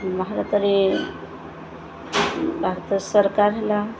ଭାରତରେ ଭାରତ ସରକାର ହେଲା